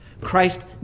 christ